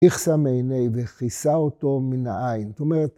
‫הכסה מעיני וכיסה אותו מן העין. ‫זאת אומרת...